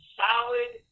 solid